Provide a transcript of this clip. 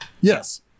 yes